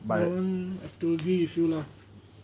don't I have to agree with you lah